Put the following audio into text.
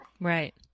Right